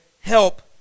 help